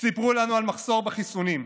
סיפרו לנו על מחסור בחיסונים.